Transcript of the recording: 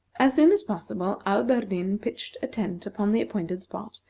as soon as possible, alberdin pitched a tent upon the appointed spot,